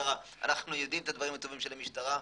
אנו יודעים את הדברים הטובים של המשטרה,